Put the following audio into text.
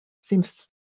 seems